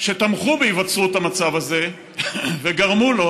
שתמכו בהיווצרות המצב הזה וגרמו לו,